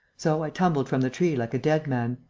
so i tumbled from the tree, like a dead man.